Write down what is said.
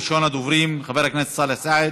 ראשון הדוברים, חבר הכנסת סאלח סעד.